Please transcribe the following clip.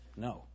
No